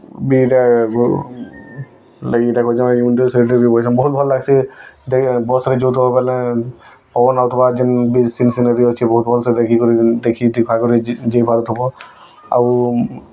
ବି ଇଟା ଲାଗି ଇଟା କରିଚେଁ ୱିଣ୍ଡୋ ସାଇଡ଼୍ରେ ବି ବସିଚେଁ ବହୁତ୍ ଭଲ୍ ଲାଗ୍ସି ବସ୍ରେ ଯଉଥିବ ବେଲେ ପବନ୍ ଆଉଥିବାର୍ ଜେନ୍ ସିନ୍ ସିନେରୀ ଅଛେ ବହୁତ୍ ଭଲ୍ସେ ଦେଖିକରି ଦେଖି ଦୁଖା କରି ଯାଇ ପାରୁଥିବ ଆଉ